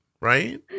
right